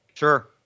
Sure